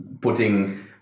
putting